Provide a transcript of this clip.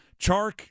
Chark